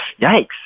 yikes